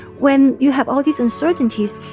when you have all these uncertainties,